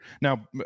Now